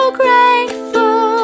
grateful